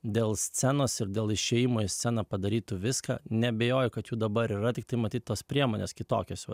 dėl scenos ir dėl išėjimo į sceną padarytų viską neabejoju kad jų dabar yra tiktai matyt tos priemonės kitokiosjau